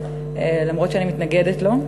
אף-על-פי שאני מתנגדת לו.